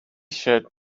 shirt